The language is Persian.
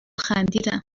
خندیدم